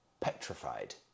petrified